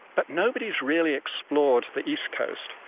but nobody has really explored the east coast,